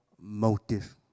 motive